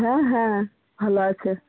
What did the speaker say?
হ্যাঁ হ্যাঁ ভালো আছে